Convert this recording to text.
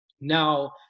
Now